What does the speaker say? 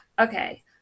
Okay